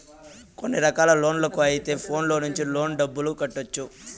కొన్ని రకాల లోన్లకు అయితే ఫోన్లో నుంచి లోన్ డబ్బులు కట్టొచ్చు